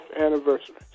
anniversary